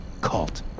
cult